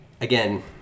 again